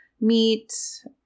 meat